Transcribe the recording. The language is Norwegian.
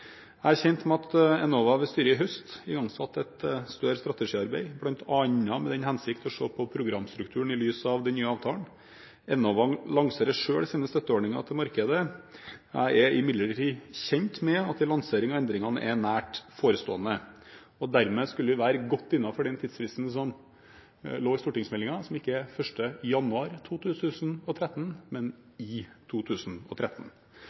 Jeg er kjent med at Enova, ved styret, i høst igangsatte et større strategiarbeid, bl.a. med den hensikt å se på programstrukturen i lys av den nye avtalen. Enova lanserer selv sine støtteordninger til markedet. Jeg er imidlertid kjent med at en lansering av endringene er nært forestående, og dermed skulle vi være godt innenfor den tidsfristen som lå i stortingsmeldingen, som ikke var 1. januar 2013, men i 2013.